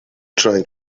trying